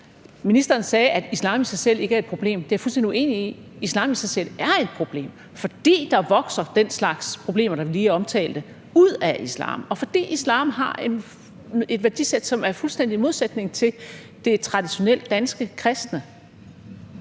Ministeren sagde, at islam i sig selv ikke er et problem. Det er jeg fuldstændig uenig i. Islam i sig selv er et problem, fordi der vokser den slags problemer, man lige omtalte, ud af islam, og fordi islam har et værdisæt, som er fuldstændig i modsætning til det traditionelt danske kristne.